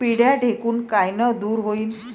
पिढ्या ढेकूण कायनं दूर होईन?